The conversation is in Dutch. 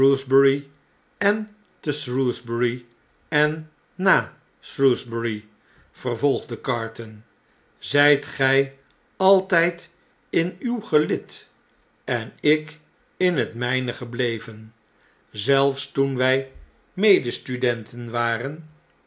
en te shrewsbury ennashrewsbur y vervolgde carton zjjt gjj altyd in uw gelid en ik in het mn'ne gebleven zelfs toen wjj medestudenten waren